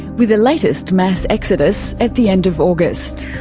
with the latest mass exodus at the end of august.